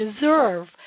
deserve